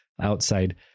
outside